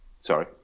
Sorry